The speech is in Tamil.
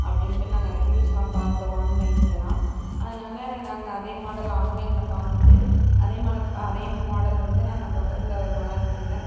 அப்படின்ட்டு நாங்கள் ரிவ்யூஸ்லாம் பார்த்தோம் ஆன்லைன்லலாம் அதனால நாங்கள் அதே மாடல் ஆன்லைன்ல பார்த்துட்டு அதேமால அதே மாடல் வந்து நாங்கள் பக்கத்தில் மன்னார்குடியில